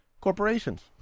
corporations